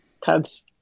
Cubs